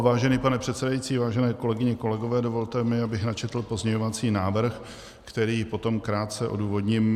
Vážený pane předsedající, vážené kolegyně, vážení kolegové, dovolte mi, abych načetl pozměňovací návrh, který potom krátce odůvodním.